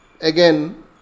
again